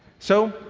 so,